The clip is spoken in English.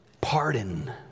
pardon